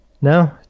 No